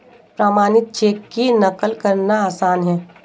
प्रमाणित चेक की नक़ल करना आसान है